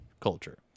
culture